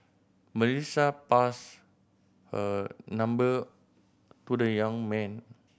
Melissa passed her number to the young man